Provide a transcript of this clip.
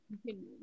continue